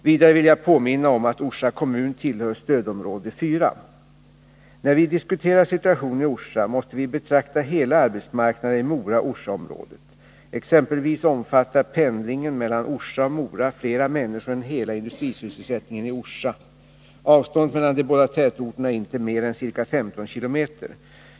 Vidare vill jag påminna om att Orsa kommun tillhör stödområde 4. När vi diskuterar situationen i Orsa måste vi betrakta hela arbetsmarknaden i Mora-Orsa-området. Exempelvis omfattar pendlingen mellan Orsa och Mora flera människor än hela industrisysselsättningen i Orsa. Avståndet mellan de båda tätorterna är inte mer än ca 15 km.